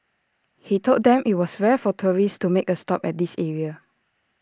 he told them that IT was rare for tourists to make A stop at this area